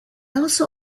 also